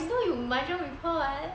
I saw you mahjong with her [what]